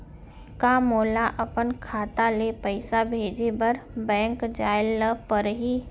का मोला अपन खाता ले पइसा भेजे बर बैंक जाय ल परही?